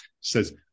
says